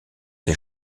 ses